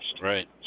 Right